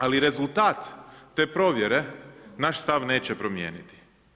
Ali rezultat te provjere naš stav neće promijeniti.